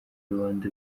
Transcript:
rubanda